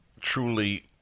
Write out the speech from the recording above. truly